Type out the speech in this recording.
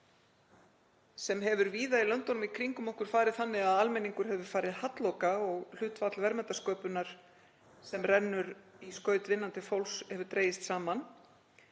sem hefur víða í löndunum í kringum okkur farið þannig að almenningur hefur farið halloka og hlutfall verðmætasköpunar sem rennur í skaut vinnandi fólks hefur dregist saman,